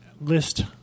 list